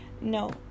no